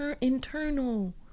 internal